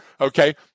okay